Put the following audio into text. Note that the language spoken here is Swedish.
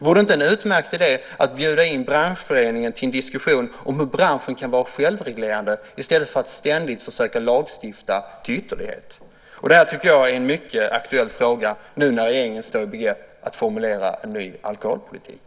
Vore det inte en utmärkt idé att bjuda in branschföreningen till en diskussion om hur branschen kan vara självreglerande i stället för att ständigt försöka att lagstifta till ytterlighet? Det här är en mycket aktuell fråga nu när regeringen står i begrepp att formulera en ny alkoholpolitik.